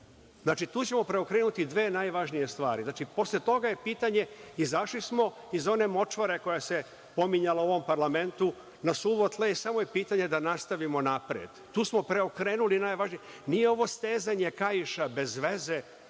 tlu. Znači, tu ćemo preokrenuti dve najvažnije stvari. Izašli smo iz one močvare koja se pominjala u ovom parlamentu, na suvo tle, samo je pitanje da nastavimo napred. Tu smo preokrenuli najvažnije. Nije ovo stezanje kaiša bezveze,